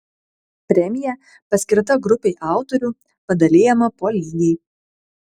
premija paskirta grupei autorių padalijama po lygiai